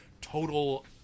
total